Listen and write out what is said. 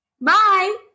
bye